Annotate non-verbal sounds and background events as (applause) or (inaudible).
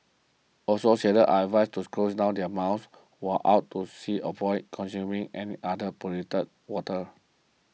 also sailors are advised to close their mouths while out at sea (unintelligible) consuming any other polluted water